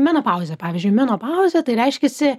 menopauzė pavyzdžiui menopauzė tai reiškiasi